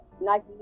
Nike